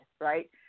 right